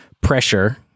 Pressure